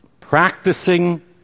Practicing